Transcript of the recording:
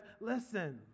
Listen